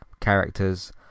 characters